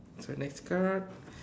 so next card